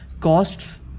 Costs